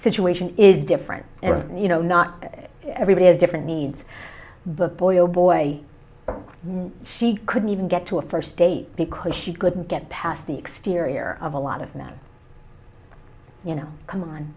situation is different and you know not everybody has different needs but boy oh boy she couldn't even get to a first date because she couldn't get past the exterior of a lot of men you know come on